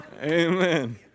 Amen